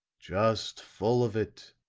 just full of it,